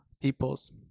peoples